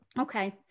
Okay